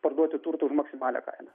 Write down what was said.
parduoti turtą ir maksimalią kainą